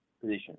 position